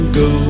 go